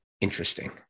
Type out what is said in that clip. interesting